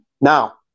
Now